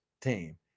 team